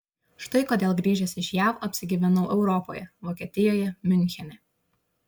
štai kodėl grįžęs iš jav apsigyvenau europoje vokietijoje miunchene